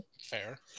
Fair